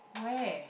where